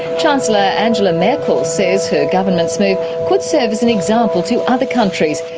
chancellor angela merkel says her government's move could serve as an example to other countries.